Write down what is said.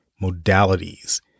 modalities